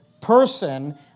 person